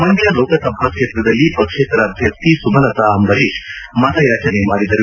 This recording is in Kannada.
ಮಂಡ್ಕ ಲೋಕಸಭಾ ಕ್ಷೇತ್ರದಲ್ಲಿ ಪಕ್ಷೇತರ ಅಭ್ಯರ್ಥಿ ಸುಮಲತಾ ಅಂಬರೀಶ್ ಮತಯಾಚನೆ ಮಾಡಿದರು